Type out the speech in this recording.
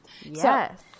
Yes